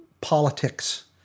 politics